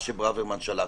מה שברוורמן שלח,